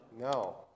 No